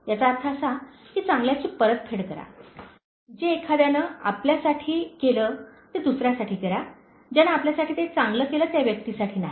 याचा अर्थ असा की चांगल्याची परतफेड करा जे एखाद्याने आपल्यासाठी केले ते दुसर्यासाठी करा ज्याने आपल्यासाठी ते चांगले केले त्या व्यक्तीसाठी नाही